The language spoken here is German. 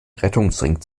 rettungsring